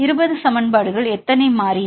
20 சமன்பாடுகள் எத்தனை மாறிகள்